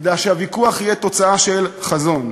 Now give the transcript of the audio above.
כדי שהוויכוח יהיה תוצאה של חזון,